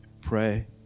pray